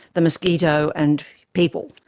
the mosquito and people.